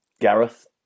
Gareth